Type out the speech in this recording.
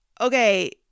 Okay